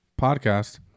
podcast